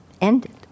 ended